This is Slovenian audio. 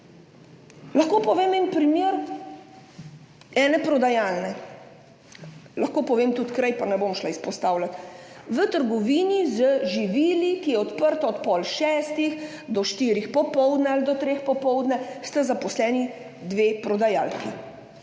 Lahko povem en primer ene prodajalne, lahko povem tudi kraj, pa je ne bom izpostavljala. V trgovini z živili, ki je odprta od pol šestih do treh ali štirih popoldne, sta zaposleni dve prodajalki.